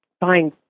buying